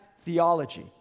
theology